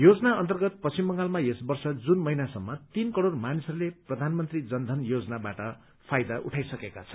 योजना अन्तर्गत पश्चिम बंगालमा यस वर्ष जून महिनासम्म तीन करोड़ मानिसहरूले प्रधानमन्त्री जनथन योजनावाट फाइदा उठाइसकेका छन्